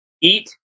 Eat